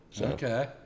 Okay